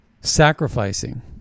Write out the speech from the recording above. sacrificing